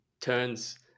turns